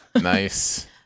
nice